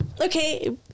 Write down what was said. okay